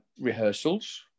rehearsals